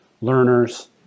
learners